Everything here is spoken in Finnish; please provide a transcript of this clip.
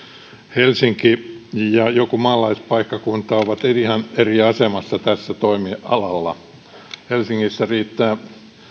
helsinki ja joku maalaispaikkakunta ovat ihan eri asemassa tällä toimialalla helsingissä riittää